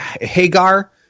Hagar